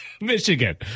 Michigan